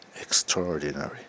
Extraordinary